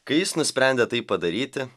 kai jis nusprendė tai padaryti